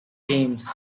games